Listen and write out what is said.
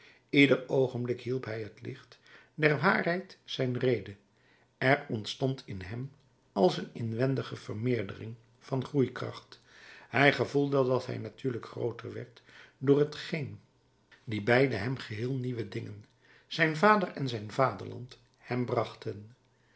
ieder oogenblik hielp het licht der waarheid zijn rede er ontstond in hem als een inwendige vermeerdering van groeikracht hij gevoelde dat hij natuurlijk grooter werd door hetgeen die beide hem geheel nieuwe dingen zijn vader en zijn vaderland hem brachten